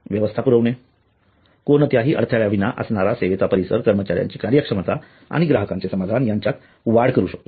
व्यवस्था पुरविणे कोणत्याही अडथळ्याविना असणारा सेवेचा परिसर कर्मचाऱ्यांची कार्यक्षमता आणि ग्राहकांचे समाधान यांच्यात वाढ करू शकतो